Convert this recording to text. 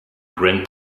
grain